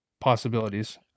possibilities